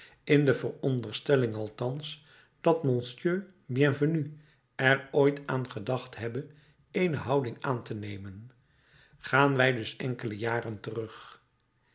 in de veronderstelling althans dat monseigneur bienvenu er ooit aan gedacht hebbe eene houding aan te nemen gaan wij dus enkele jaren terug